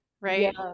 Right